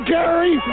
Gary